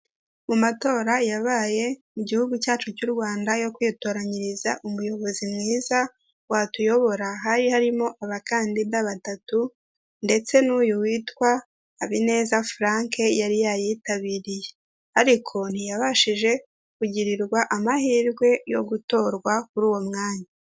Mu matora yabaye mu gihugu cyacu cy'u Rwanda yo kwitoranyiriza umuyobozi mwiza watuyobora, hari harimo abakandiza batatu, ndetse n'uyu witwa Habineza Frank yari yayitabiriye. Ariko ntiyabashije kugirirwa amahirwe yo gutorwa kuri uwo mwanya.